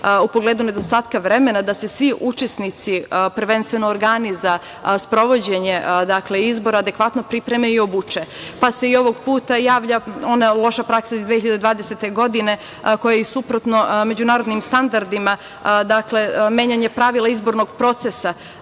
u pogledu nedostatka vremena da se svi učesnici, prvenstveno organi za sprovođenje izbora adekvatno pripreme i obuče, pa se i ovog puta javlja ona loša praksa iz 2020. godine koja je suprotna međunarodnim standardima, dakle menjanje pravila izbornih procesa